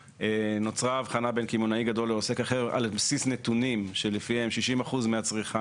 או 80% מהצריכה של שקיות נעשית באותן רשתות גדולות,